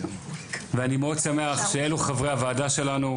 ואני מאוד שמח שאלו חברי הוועדה שלנו,